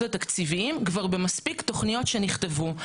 התקציביים כבר במספיק תוכניות שנכתבו.